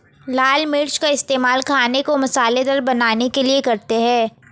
लाल मिर्च का इस्तेमाल खाने को मसालेदार बनाने के लिए करते हैं